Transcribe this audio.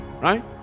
right